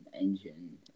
engine